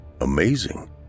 Amazing